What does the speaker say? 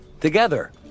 together